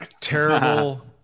terrible